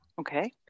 Okay